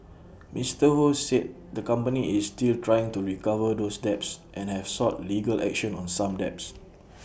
Mister ho said the company is still trying to recover those debts and have sought legal action on some debts